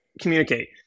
communicate